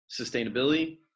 sustainability